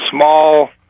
small